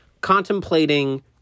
contemplating